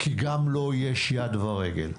כי גם לו יש יד ורגל.